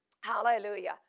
Hallelujah